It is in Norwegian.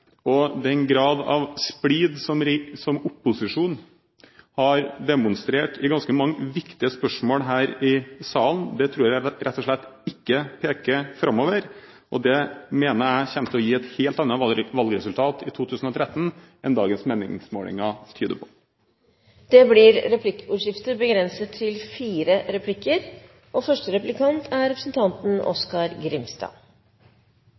forutsigbarhet. Den grad av splid som opposisjonen har demonstrert i ganske mange viktige spørsmål her i salen, tror jeg rett og slett ikke peker framover, og det mener jeg kommer til å gi et helt annet valgresultat i 2013 enn dagens meningsmålinger tyder på. Det blir replikkordskifte.